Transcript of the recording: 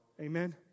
Amen